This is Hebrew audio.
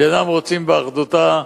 שאינם רוצים באחדותה,